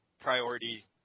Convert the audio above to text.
priority